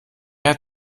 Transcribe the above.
hat